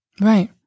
Right